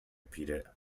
peter